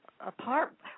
apart